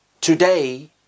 today